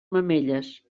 mamelles